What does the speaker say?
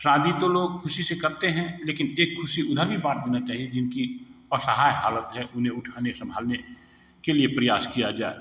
शादी तो लोग खुशी से करते हैं लेकिन एक खुशी उधर भी बाँटना चाहिए जिनकी असहाय हालत है उन्हें उठाने संभालने के लिए प्रयास किया जाए